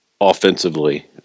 offensively